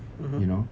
mmhmm